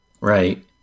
right